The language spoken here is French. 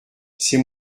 c’est